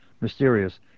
mysterious